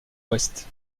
ouest